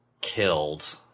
killed